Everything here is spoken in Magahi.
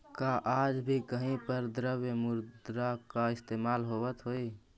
का आज भी कहीं पर द्रव्य मुद्रा का इस्तेमाल होवअ हई?